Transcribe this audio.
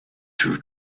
two